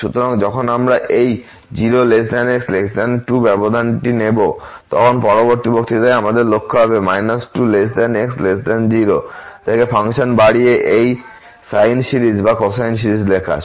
সুতরাং যখন আমরা এই 0 x 2 ব্যবধানটি নেব তখন পরবর্তী বক্তৃতায় আমাদের লক্ষ্য হবে 2 x 0 থেকে ফাংশন বাড়িয়ে এর সাইন সিরিজ বা কোসাইন সিরিজ লেখা